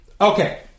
Okay